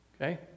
Okay